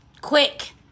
Quick